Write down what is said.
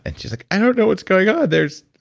and she was like, i don't know what's going on. there's.